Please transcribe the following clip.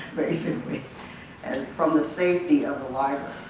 basically. and from the safety of the library.